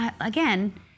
again